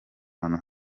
ahantu